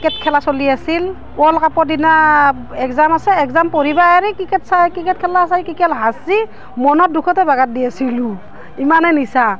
cricket খেলা চলি আছিল ওৱৰ্ল্ড কাপৰ দিনা এগজাম আছে এগজাম পঢ়িবা এৰি ক্ৰিকেট চাই ক্ৰিকেট খেলা চাই ক্ৰিকেট হাৰিছে মনৰ দুখতে বাগৰ দি আছিলোঁ ইমানেই নিচা